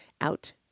out